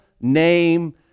name